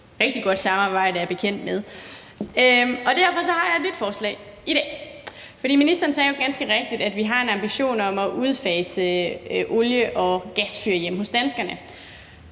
Derfor har jeg et nyt forslag i dag. For ministeren sagde jo ganske rigtigt, at vi har en ambition om at udfase olie- og gasfyr hjemme hos danskerne.